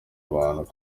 abantu